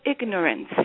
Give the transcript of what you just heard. ignorance